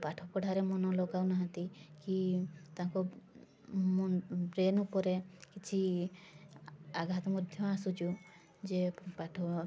ପାଠ ପଢ଼ାରେ ମନ ଲଗାଉ ନାହାନ୍ତି କି ତାଙ୍କ ବ୍ରେନ ଉପରେ କିଛି ଆଘାତ ମଧ୍ୟ ଆସୁଛୁ ଯେ ପାଠ